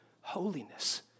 holiness